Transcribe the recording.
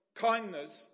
kindness